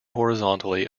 horizontally